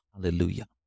Hallelujah